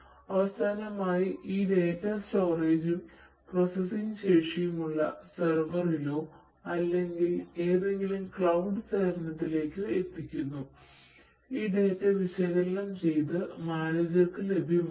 അവസാനമായി ഈ ഡാറ്റ സ്റ്റോറേജും പ്രോസസ്സിംഗ് ശേഷിയും ഉള്ള സെർവറിലേക്കോ അല്ലെങ്കിൽ ഏതെങ്കിലും ക്ലൌഡ് സേവനത്തിലേക്കോ എത്തിക്കുന്നു ഈ ഡാറ്റ വിശകലനം ചെയ്ത് മാനേജർക്ക് ലഭ്യമാക്കും